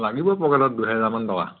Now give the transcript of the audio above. লাগিব পকেটত দুহেজাৰমান টকা